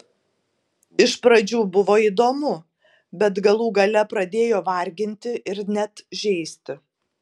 iš pradžių buvo įdomu bet galų gale pradėjo varginti ir net žeisti